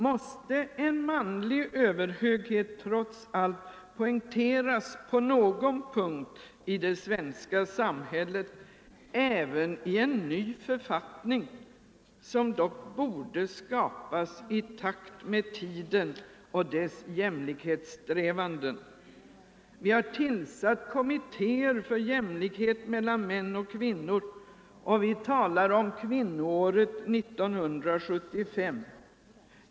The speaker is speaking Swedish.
Måste en manlig överhöghet trots allt poängteras på någon punkt i det svenska samhället även i en ny författning, som dock borde skapas i takt med tiden och dess jämlikhetssträvanden? Vi har tillsatt kommittéer för jämlikhet mellan män och kvinnor, och vi talar om kvinnoåret 1975.